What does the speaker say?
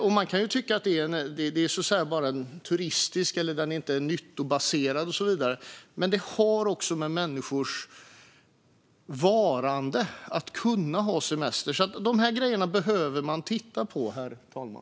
Man kan naturligtvis tycka att en husbil bara är turistisk och inte nyttobaserad och så vidare, men detta att kunna ha semester har också med människors varande att göra. Dessa saker behöver man titta på, herr talman.